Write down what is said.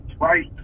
Right